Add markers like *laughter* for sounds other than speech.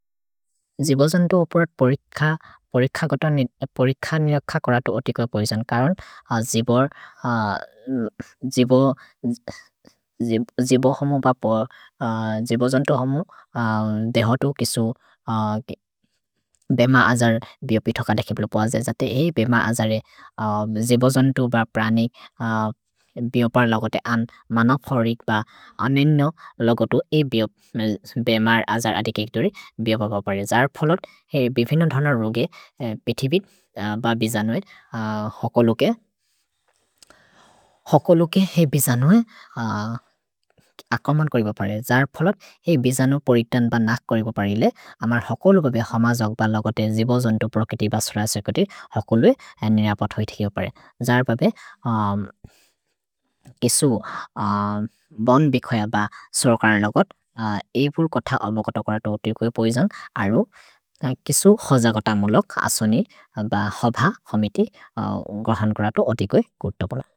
जिबोजन्तु ओपेरत् पोरिख निलख कोरतु ओतिको पोइजन्, करन् *hesitation* जिबोजन्तु होमु देहोतु किसु बेम अजर् बिओपिथोक देखेबुलु पोअजे, जते हेइ बेम अजरे जिबोजन्तु ब प्रनिक् बिओपर् लगते अन्द् मनोफोरिक् ब अनेनो लगतु हेइ बेम अजरे अदिकिक् दुरि बिओपबपरे, जर् फोलोत् हेइ बिफिनोन् धनर् रुगे पिथिबित् ब बिजनुए *hesitation* होकोलुके हेइ बिजनुए अकोमन् कोरिबपरे, जर् फोलोत् हेइ बिजनुए पोरितन् ब नक् कोरिबपरे इले अमर् होकोलु बबे हम जग्ब लगते जिबोजन्तु प्रोकेति ब सुरसेकुति होकोलु हेइ निरपत् होइ थेकिओ परे, जर् बबे *hesitation* किसु बोन् बिखोय ब सोर्कर् लगत् एपुर् कोथ अबोगत कोरतु ओतिकोइ पोइजन्, अरो किसु होज गोत मुलोक् असोनि ब होभ होमिति गहन् कोरतु ओतिकोइ गुर्तो पोल।